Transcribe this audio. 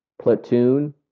platoon